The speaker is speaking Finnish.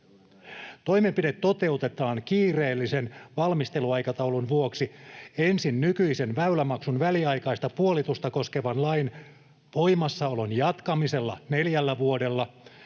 Toimenpide toteutetaan kiireellisen valmisteluaikataulun vuoksi ensin nykyisen väylämaksun väliaikaista puolitusta koskevan lain voimassaolon jatkamisella neljällä vuodella,